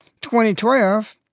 2012